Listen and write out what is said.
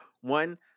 One